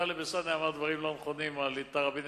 טלב אלסאנע אמר דברים לא נכונים על תראבין-אלסאנע.